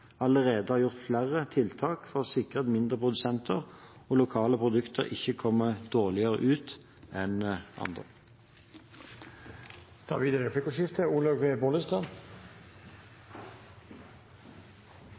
allerede har gjort flere tiltak for å sikre at mindre produsenter og lokale produkter ikke kommer dårligere ut enn andre. Det blir replikkordskifte.